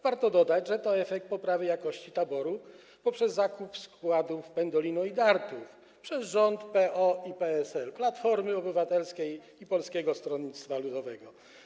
Warto dodać, że to efekt poprawy jakości taboru w wyniku zakupu składów Pendolino i Dart przez rząd PO i PSL, Platformy Obywatelskiej i Polskiego Stronnictwa Ludowego.